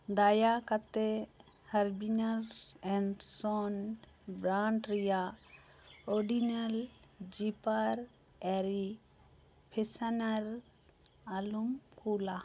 ᱫᱟᱭᱟ ᱠᱟᱛᱮᱜ Harbans and son brand ᱨᱮᱭᱟᱜ ᱚᱰᱤᱱᱟᱞ ᱡᱤᱯᱟᱞ ᱮᱞ ᱯᱷᱤᱥᱟᱱᱟᱞ ᱟᱞᱚᱢ ᱠᱩᱞᱟ